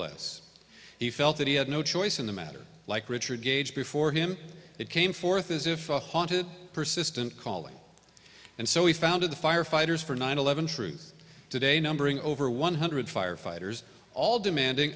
less he felt that he had no choice in the matter like richard gage before him it came forth as if a haunted persistent calling and so he founded the firefighters for nine eleven truth today numbering over one hundred firefighters all demanding